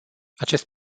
acest